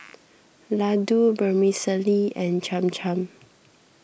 Ladoo Vermicelli and Cham Cham